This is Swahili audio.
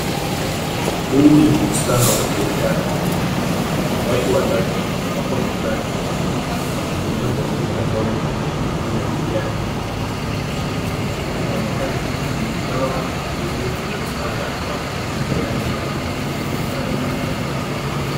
Huu ni mkutano wa biashara, watu watatu, wako mezani, wakitumia kompyuta ndogo, na kujadiliana, inaonekana, ni kikao muhimu cha kupanga mikakati ya kidijitali.